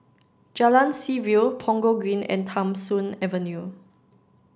Jalan Seaview Punggol Green and Tham Soong Avenue